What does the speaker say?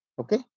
okay